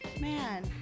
Man